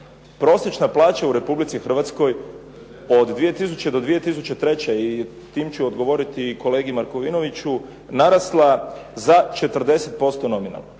prosječna plaća u Republici Hrvatskoj od 2000. do 2003. i tim ću odgovoriti i kolegi Markovinoviću narasla za 40% nominalno.